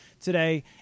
today